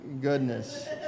goodness